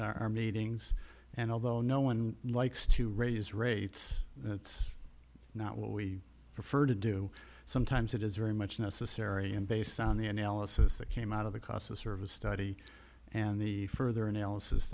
our meetings and although no one likes to raise rates that's not what we prefer to do sometimes it is very much necessary and based on the analysis that came out of the casa service study and the further analysis